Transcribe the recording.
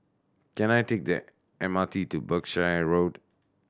can I take the M R T to Berkshire Road